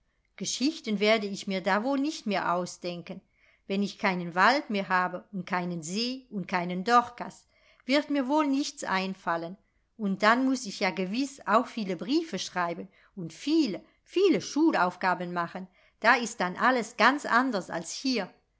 geschichten werde ich mir da wohl nicht mehr ausdenken wenn ich keinen wald mehr habe und keinen see und keinen dorkas wird mir wohl nichts einfallen und dann muß ich ja gewiß auch viele briefe schreiben und viele viele schulaufgaben machen da ist dann alles ganz anders als hier